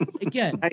again